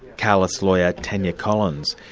caalas lawyer, tania collins.